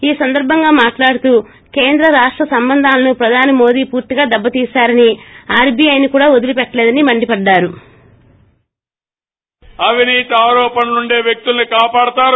ఈ సందర్బంగా మాట్లాడుతూ కేంద్ర రాష్ట సంబంధాలను ప్రధాని మోదీ పూర్తిగా దెబ్బతీకారని ఆర్బీఐని కూడా వదలీపెట్లలేదని మండిపడ్డారు